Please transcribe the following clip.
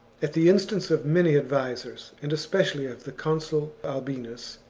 at the instance of many advisers, and especially of the consul albinus,